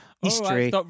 history